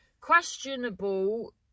Questionable